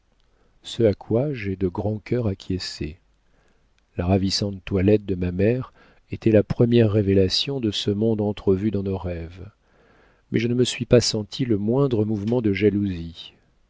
ce à quoi j'ai de grand cœur acquiescé la ravissante toilette de ma mère était la première révélation de ce monde entrevu dans nos rêves mais je ne me suis pas senti le moindre mouvement de jalousie